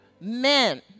men